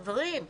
חברים.